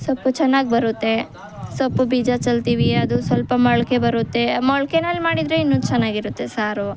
ಸೊಪ್ಪು ಚೆನ್ನಾಗಿ ಬರುತ್ತೆ ಸೊಪ್ಪು ಬೀಜ ಚೆಲ್ತೀವಿ ಅದು ಸ್ವಲ್ಪ ಮೊಳಕೆ ಬರುತ್ತೆ ಮೊಳ್ಕೆನಲ್ಲಿ ಮಾಡಿದರೆ ಇನ್ನು ಚೆನ್ನಾಗಿರುತ್ತೆ ಸಾರು